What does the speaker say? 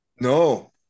No